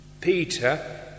Peter